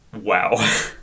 Wow